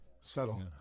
Settle